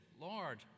Lord